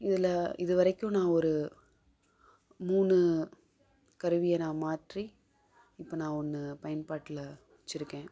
இதில் இது வரைக்கும் நான் ஒரு மூணு கருவியே நான் மாற்றி இப்போ நான் ஒன்று பயன்பாட்டில் வச்சுருக்கேன்